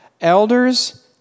elders